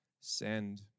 Send